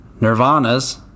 Nirvana's